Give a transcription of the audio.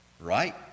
right